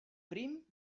prim